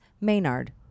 Maynard